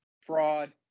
Fraud